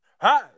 Hi